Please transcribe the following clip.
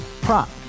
Prop